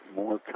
more